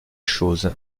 chose